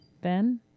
Ben